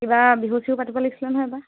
কিবা বিহু চিহু পাতিব লাগিছিলে নহয় এইবাৰ